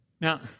Now